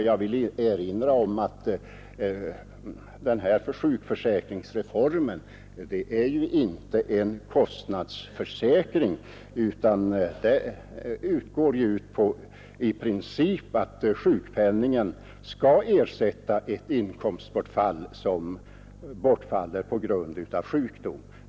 Jag vill då erinra om att sjukförsäkringsreformen inte är en kostnadsförsäkring, utan den går i princip ut på att sjukpenningen skall ersätta det inkomstbortfall som man åsamkas på grund av sjukdom.